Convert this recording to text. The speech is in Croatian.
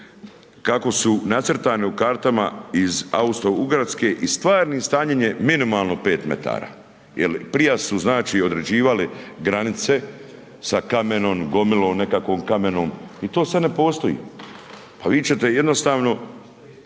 kako su nacrtani u kartama iz Austro-Ugarske i stvarnim stanjem je minimalno 5m jel prija su, znači, određivali granice sa kamenom, gomilom nekakvom, kamenom i to sad ne postoji. Pa vi ćete jednostavno,